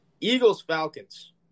Eagles-Falcons